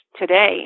today